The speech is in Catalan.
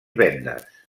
vendes